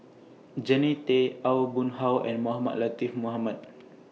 Jannie Tay Aw Boon Haw and Mohamed Latiff Mohamed